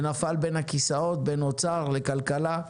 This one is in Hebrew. זה נפל בין הכיסאות בין האוצר לכלכלה.